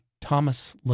Thomas